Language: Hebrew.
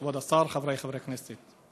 כבוד השר, חברי חברי הכנסת,